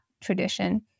tradition